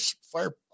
fire